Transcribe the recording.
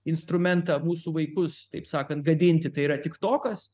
instrumentą mūsų vaikus taip sakant gadinti tai yra tiktokas